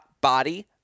body